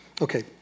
Okay